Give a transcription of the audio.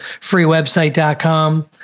freewebsite.com